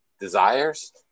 desires